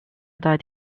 good